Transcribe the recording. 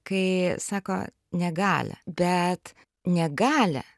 kai sako negalia bet negalia